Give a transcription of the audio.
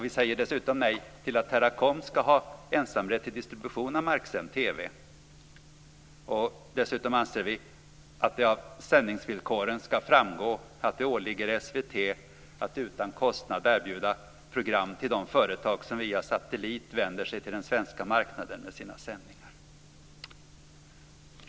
Vi säger dessutom nej till att Teracom ska ha ensamrätt till distribution av marksänd TV. Dessutom anser vi att det av sändningsvillkoren ska framgå att det åligger SVT att utan kostnad erbjuda sina program till de företag som via satellit vänder sig till den svenska marknaden med sina sändningar.